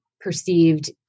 perceived